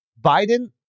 Biden